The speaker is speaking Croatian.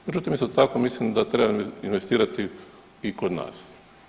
Međutim, isto tako mislim da treba investirati i kod nas.